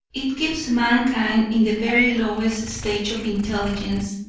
it keeps mankind in the very lowest stage of intelligence,